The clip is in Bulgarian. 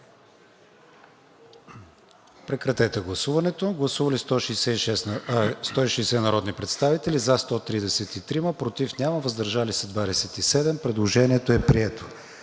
редакция на Комисията. Гласували 160 народни представители: за 133, против няма, въздържали се 27. Предложението е прието.